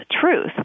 truth